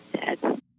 dead